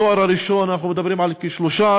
בתואר הראשון אנחנו מדברים על כ-13%,